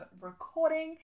recording